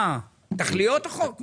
אה, תכליות החוק?